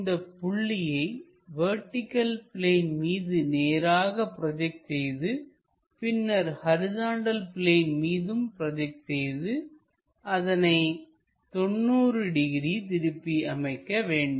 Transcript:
இந்தப் புள்ளியை vertical plane மீது நேராக ப்ரோஜெக்ட் செய்து பின்னர் ஹரிசாண்டல் பிளேன் மீதும் ப்ரோஜெக்ட் செய்துஅதனை 90 டிகிரி திருப்பி அமைக்கவேண்டும்